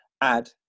add